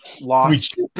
lost